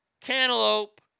cantaloupe